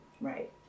Right